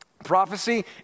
Prophecy